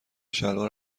شلوار